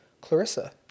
Clarissa